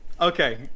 Okay